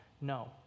No